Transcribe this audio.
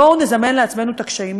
בואו נזמן לעצמנו את הקשיים.